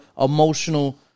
emotional